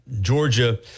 Georgia